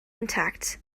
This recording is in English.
intact